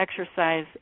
Exercise